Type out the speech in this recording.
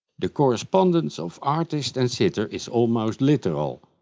the correspondence of artist and sitter is almost literal.